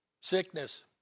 Sickness